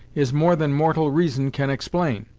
is more than mortal reason can explain.